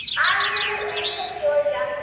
i live in atlanta, ga.